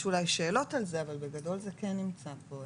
יש אולי שאלות על זה, אבל בגדול זה כן נמצא פה,